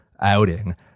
outing